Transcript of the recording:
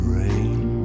rain